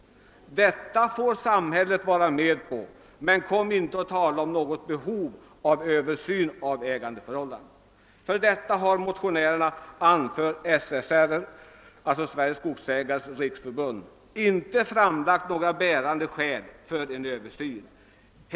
Detta får samhället vara med om. Men kom inte och tala om något behov av översyn av ägandeförhållandena — motionärerna har, anför «Sveriges Skogsägareföreningars riksförbund, »inte framlagt några bärande skäl för en Översyn».